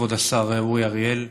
כבוד השר אורי אריאל.